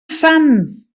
sant